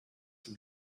from